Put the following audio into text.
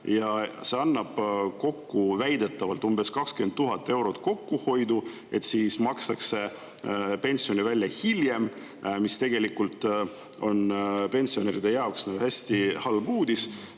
See annab kokku väidetavalt umbes 20 000 eurot kokkuhoidu, et makstakse pensioni välja hiljem, mis tegelikult on pensionäride jaoks hästi halb uudis.